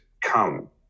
come